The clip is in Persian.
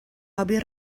ابی